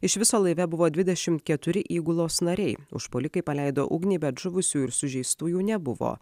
iš viso laive buvo dvidešimt keturi įgulos nariai užpuolikai paleido ugnį bet žuvusiųjų ir sužeistųjų nebuvo